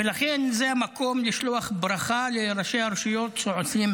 ולכן זה המקום לשלוח ברכה לראשי הרשויות, שעושים